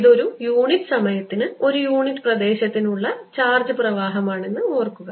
ഇത് ഒരു യൂണിറ്റ് സമയത്തിന് ഒരു യൂണിറ്റ് പ്രദേശത്തിന് ഉള്ള ഊർജ്ജ പ്രവാഹമാണെന്ന് ഓർക്കുക